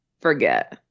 Forget